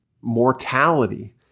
mortality